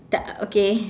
t~ okay